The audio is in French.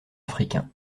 africain